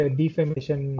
defamation